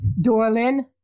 Dorlin